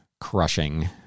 crushing